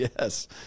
Yes